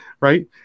right